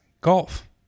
golf